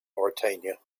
mauritania